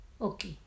Okay